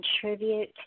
contribute